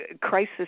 crisis